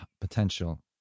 potential